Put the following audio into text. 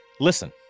Listen